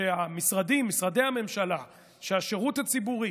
שמשרדי הממשלה, שהשירות הציבורי